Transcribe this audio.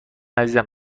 عزیزم